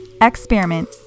experiment